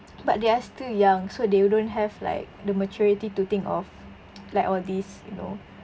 but they're still young so they don't have like the maturity to think of like all these you know